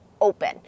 open